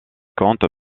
compte